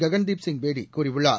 ககன்தீப் சிங் பேடி கூறியுள்ளார்